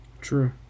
True